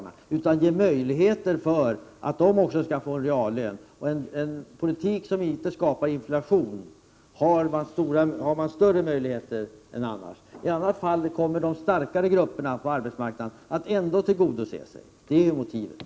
Man vill göra det möjligt även för den gruppen att få en reallöneökning. Förs en politik som inte skapar inflation, har man större möjligheter att lyckas än annars. Misslyckas man kommer ändå de starkare grupperna i samhället att tillgodose sina intressen.